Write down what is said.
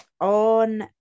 on